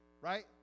Right